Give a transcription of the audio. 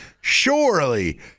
Surely